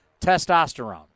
testosterone